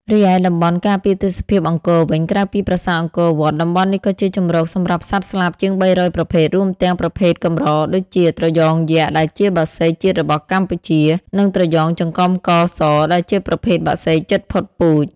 រីឯតំបន់ការពារទេសភាពអង្គរវិញ ក្រៅពីប្រាសាទអង្គរវត្ត តំបន់នេះក៏ជាជម្រកសម្រាប់សត្វស្លាបជាង ៣០០ ប្រភេទ រួមទាំងប្រភេទកម្រដូចជា ត្រយងយក្ស ដែលជាបក្សីជាតិរបស់កម្ពុជា និងត្រយងចង្កំកស ដែលជាប្រភេទបក្សីជិតផុតពូជ។